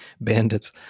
bandits